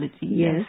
Yes